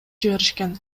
жиберишкен